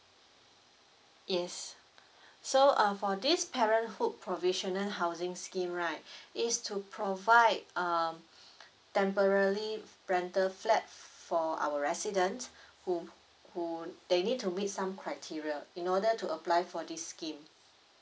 yes so uh for this parenthood provisional housing scheme right it's to provide um temporarily rental flat for our residence who who would they need to meet some criteria in order to apply for this scheme